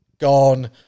gone